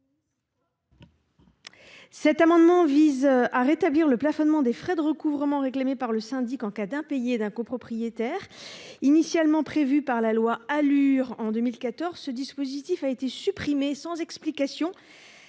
Cet amendement vise à rétablir le plafonnement des frais de recouvrement réclamés par le syndic en cas d’impayés d’un copropriétaire. Initialement prévu par la loi Alur, ce dispositif a été supprimé, sans explication,